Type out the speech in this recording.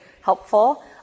helpful